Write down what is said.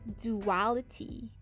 duality